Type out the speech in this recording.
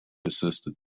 assisted